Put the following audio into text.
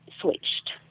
switched